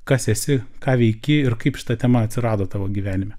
kas esi ką veiki ir kaip šita tema atsirado tavo gyvenime